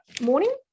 morning